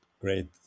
great